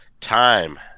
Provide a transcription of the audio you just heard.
Time